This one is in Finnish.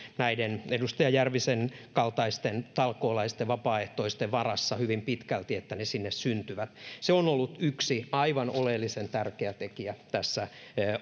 näiden edustaja järvisen kaltaisten talkoolaisten vapaaehtoisten varassa hyvin pitkälti että ne sinne syntyvät se on ollut yksi aivan oleellisen tärkeä tekijä tässä